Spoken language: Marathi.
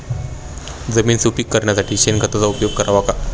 जमीन सुपीक करण्यासाठी शेणखताचा उपयोग करावा का?